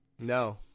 No